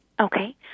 Okay